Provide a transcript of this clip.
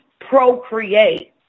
procreate